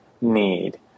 need